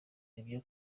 nibyo